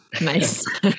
nice